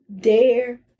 dare